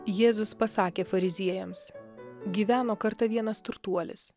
jėzus pasakė fariziejams gyveno kartą vienas turtuolis